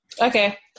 Okay